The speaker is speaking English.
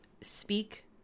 speak